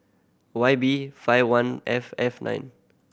Y B five one F F nine